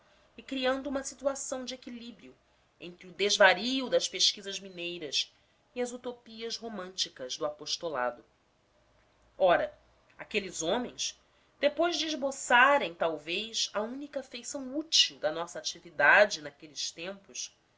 e criando uma situação de equilíbrio entre o desvario das pesquisas mineiras e as utopias românticas do apostolado ora aqueles homens depois de esboçarem talvez a única feição útil da nossa atividade naqueles tempos